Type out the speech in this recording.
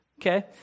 Okay